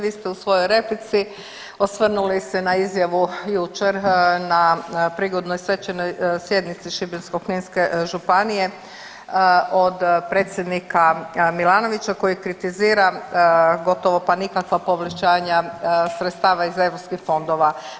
Vi ste u svojoj replici osvrnuli se na izjavu jučer na prigodnoj svečanoj sjednici Šibensko-kninske županije od predsjednika Milanovića koji kritizira gotovo pa nikakva povećanja sredstava iz EU fondova.